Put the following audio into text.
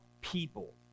people